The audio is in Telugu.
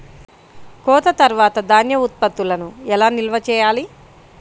కోత తర్వాత ధాన్య ఉత్పత్తులను ఎలా నిల్వ చేయాలి?